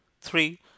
three